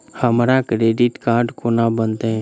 हमरा credit card कोना बनतै?